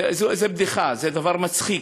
זה בדיחה, זה דבר מצחיק,